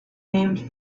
named